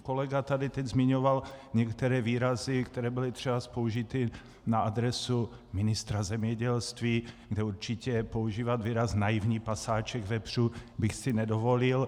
Kolega tady teď zmiňoval některé výrazy, které byly třeba použity na adresu ministra zemědělství, kde určitě používat výraz naivní pasáček vepřů bych si nedovolil.